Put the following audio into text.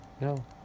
No